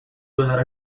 without